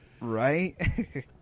right